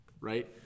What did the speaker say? right